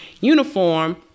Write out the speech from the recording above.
uniform